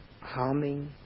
harming